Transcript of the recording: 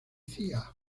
cía